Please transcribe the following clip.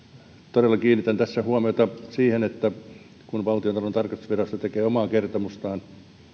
todella kiinnitän tässä huomiota siihen että kun valtiontalouden tarkastusvirasto tekee omaa kertomustaan